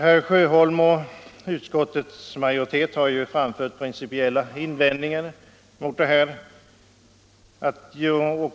Herr Sjöholm och utskottets majoritet har rest principiella invändningar och